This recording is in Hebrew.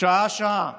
שעה-שעה